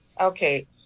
Okay